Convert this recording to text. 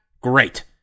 Great